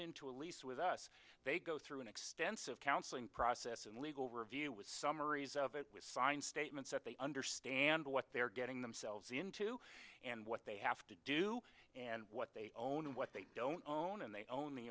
into a lease with us they go through an extensive counseling process and legal review with summaries of it with signed statements that they understand what they're getting themselves into and what they have to do and what they own and what they don't own and they own the